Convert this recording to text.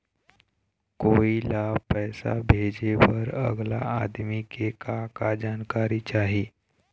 कोई ला पैसा भेजे बर अगला आदमी के का का जानकारी चाही?